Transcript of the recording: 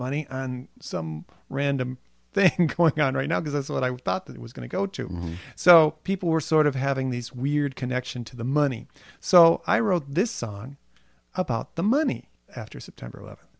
money on some random thing going on right now because that's what i thought that was going to go to so people were sort of having these weird connection to the money so i wrote this song about the money after september eleventh